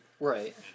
Right